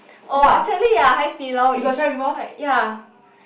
oh actually ya Hai-Di-Lao is quite ya